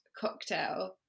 cocktail